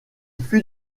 fut